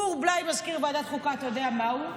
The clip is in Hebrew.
גור בליי, מזכיר ועדת החוקה, אתה יודע מהו?